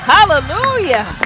Hallelujah